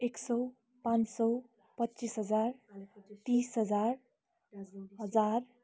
एक सौ पाँच सौ पच्चिस हजार तिस हजार हजार